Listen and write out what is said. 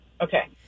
Okay